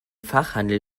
fachhandel